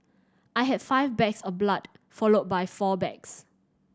I had five bags of blood followed by four bags